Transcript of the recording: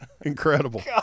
Incredible